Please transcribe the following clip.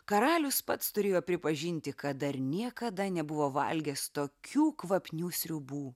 karalius pats turėjo pripažinti kad dar niekada nebuvo valgęs tokių kvapnių sriubų